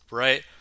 right